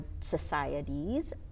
societies